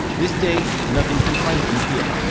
this day nothing can find him here.